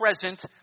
present